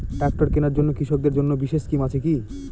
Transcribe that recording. Tractor কেনার জন্য কৃষকদের জন্য বিশেষ স্কিম আছে কি?